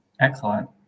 Excellent